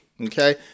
okay